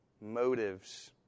Motives